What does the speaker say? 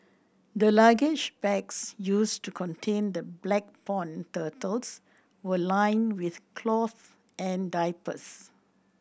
the luggage bags used to contain the black pond turtles were lined with cloth and diapers